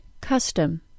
Custom